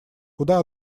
куда